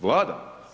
Vlada?